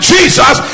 Jesus